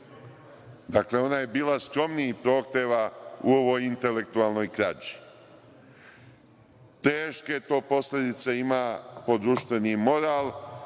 Dakle, ona je bila skromnih prohteva u ovoj intelektualnoj krađi. Teške te posledice ima po društveni moral.